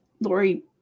Lori